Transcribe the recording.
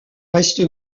reste